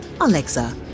Alexa